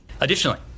Additionally